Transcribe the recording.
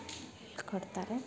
ಹೇಳ್ಕೊಡ್ತಾರೆ